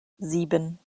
sieben